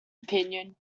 opinion